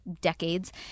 decades